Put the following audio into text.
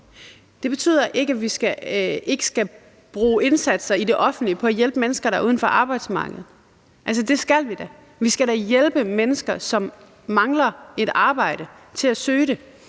Det betyder ikke, at vi ikke skal bruge indsatser i det offentlige på at hjælpe mennesker, der er uden for arbejdsmarkedet. Altså, det skal vi da. Vi skal da hjælpe mennesker, som mangler et arbejde, til at søge det.